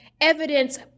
evidence